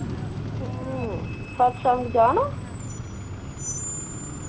सतसंग जाना